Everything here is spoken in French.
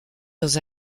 dans